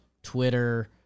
Twitter